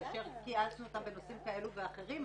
כאשר התייעצנו איתם בנושאים כאלו ואחרים,